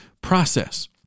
process